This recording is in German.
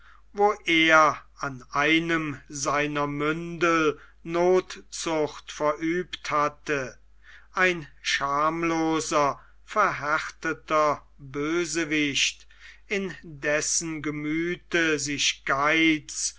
wo er an einem seiner mündel nothzucht verübt hatte ein schamloser verhärteter bösewicht in dessen gemüth sich geiz